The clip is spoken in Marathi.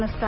नमस्कार